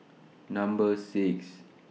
Number six